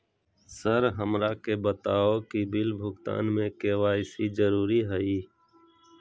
Sir हमरा के बताओ कि बिल भुगतान में के.वाई.सी जरूरी हाई?